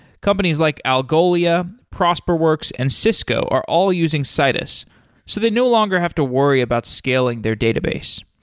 companies like algolia, prosperworks and cisco are all using citus so they no longer have to worry about scaling their database.